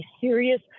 serious